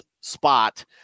spot